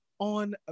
on